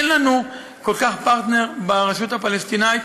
אין לנו כל כך פרטנר ברשות הפלסטינית